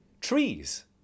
Trees